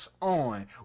on